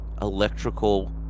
electrical